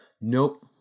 nope